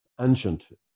ancient